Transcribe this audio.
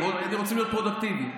רוצים להיות פרודוקטיביים.